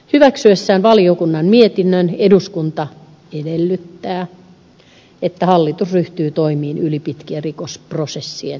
hyväksyessään valiokunnan mietinnön eduskunta edellyttää että hallitus ryhtyy toimiin ylipitkien rikosprosessien lyhentämiseksi